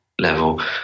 level